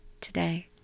today